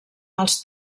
els